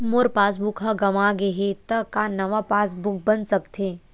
मोर passbook ह गंवा गे हे त का नवा पास बुक बन सकथे?